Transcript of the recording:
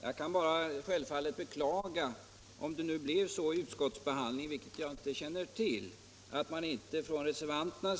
Herr talman! Då kan jag självfallet bara beklaga om det blev så vid | utskottsbehandlingen — vilket jag inte känner till — att inte reservanterna